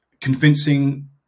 convincing